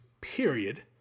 period